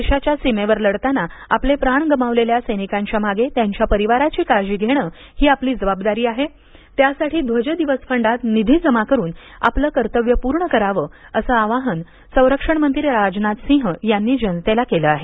देशाच्या सीमेवर लढताना आपले प्राण गमावलेल्या सैनिकांचे मागे त्याच्या परिवाराची काळजी घेणं हि आपली जबाबदारी आहे त्यासाठी ध्वज दिवस फंडात निधी जमा करून आपलं कर्तव्य पूर्ण करावं असं आवाहन संरक्षण मंत्री राजनाथ सिंह यांनी जनतेला केलं आहे